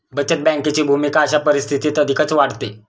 बचत बँकेची भूमिका अशा परिस्थितीत अधिकच वाढते